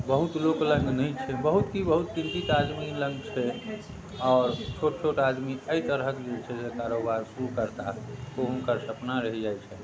बहुत लोक लग नहि छै बहुत कि बहुत किञ्चित आदमी लगमे छै आओर छोट छोट आदमी एहि तरहके जे छै से कारोबार शुरू करताह ओ हुनकर सपना रहि जाइ छनि